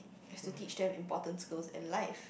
is to teach them important skills in life